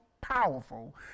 powerful